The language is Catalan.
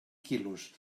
quilos